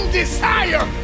desire